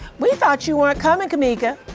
we thought you weren't coming, kameeka,